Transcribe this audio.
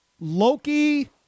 Loki